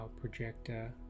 projector